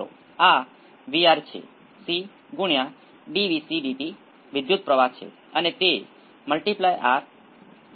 તો આપણે શું કરીએ છીએ 20 હર્ટ્ઝ 200 હર્ટ્ઝ 2 કિલો